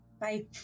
Bye